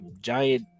giant